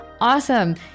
Awesome